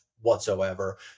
whatsoever